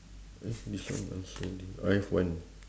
eh this one answer already I have one